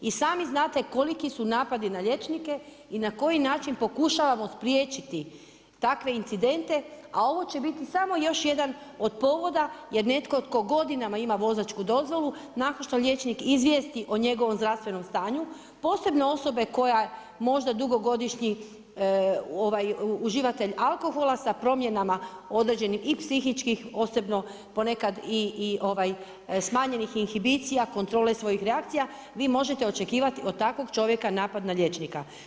I sami znate koliki su napadi na liječnike i na koji način pokušavamo spriječiti takve incidente a ovo će biti samo još jedan od povoda jer netko tko godinama ima vozačku dozvolu nakon što liječnik izvijesti o njegovom zdravstvenom stanju, posebno osobe koja je možda dugogodišnji uživatelj alkohola sa promjenama određenih i psihičkih posebno ponekad i smanjenih inhibicija, kontrole svojih reakcija, vi možete očekivati od takvog čovjeka napad na liječnika.